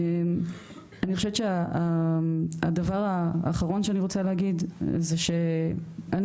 אני חושבת שהדבר האחרון שאני רוצה להגיד זה שאני